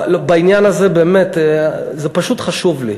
בעניין הזה באמת זה פשוט חשוב לי.